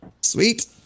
Sweet